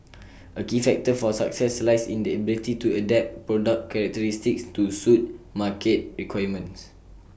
A key factor for success lies in the ability to adapt product characteristics to suit market requirements